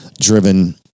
driven